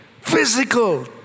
Physical